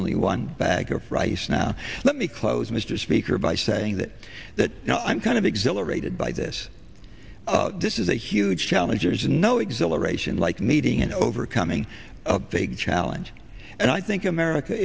only one bag of rice now let me close mr speaker by saying that that you know i'm kind of exhilarated by this this is a huge challenge there's no exhilaration like meeting and overcoming a big challenge and i think america